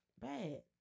bad